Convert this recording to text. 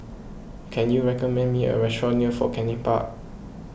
can you recommend me a restaurant near Fort Canning Park